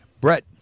Brett